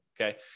okay